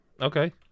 Okay